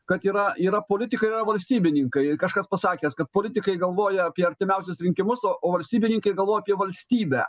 kad yra yra politika ir yra valstybininkai kažkas pasakęs kad politikai galvoja apie artimiausius rinkimus o valstybininkai galvoja apie valstybę